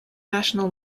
national